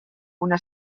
una